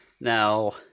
Now